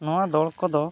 ᱱᱚᱣᱟ ᱫᱚᱲ ᱠᱚᱫᱚ